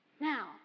Now